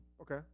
Okay